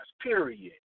period